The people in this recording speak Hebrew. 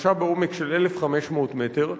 התרחשה בעומק של 1,500 מטר.